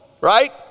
right